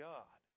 God